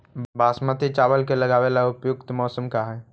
बासमती चावल के लगावे ला उपयुक्त मौसम का है?